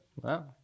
Wow